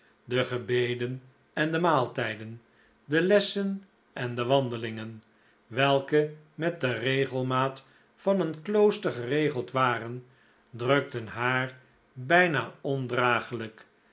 de gebeden en de maaltijden de lessen en de wandelingen welke met de regelmaat van een klooster geregeld waren drukten haar bijna ondragelijk